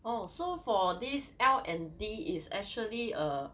orh so for this L&D is actually a